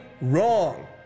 wrong